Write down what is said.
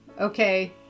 okay